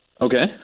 Okay